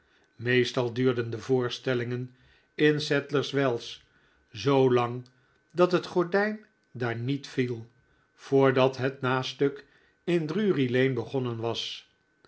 meestal duurden de voorstellingen in sadlerswells zoo lang dat het gordijn daar niet viel voordat het nastuk in drury-lane begonnen was